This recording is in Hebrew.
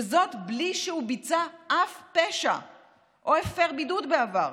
וזאת בלי שהוא ביצע אף פשע או הפר בידוד בעבר,